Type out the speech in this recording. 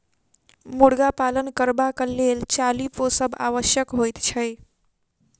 मुर्गा पालन करबाक लेल चाली पोसब आवश्यक होइत छै